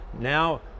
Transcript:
Now